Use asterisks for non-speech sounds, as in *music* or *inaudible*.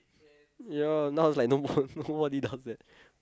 ya now is like nobody does that *laughs*